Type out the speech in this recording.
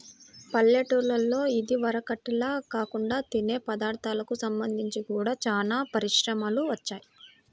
పల్లెటూల్లలో ఇదివరకటిల్లా కాకుండా తినే పదార్ధాలకు సంబంధించి గూడా చానా పరిశ్రమలు వచ్చాయ్